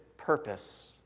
Purpose